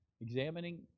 examining